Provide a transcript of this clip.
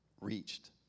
reached